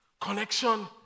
connection